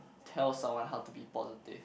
tell someone how to be positive